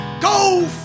Go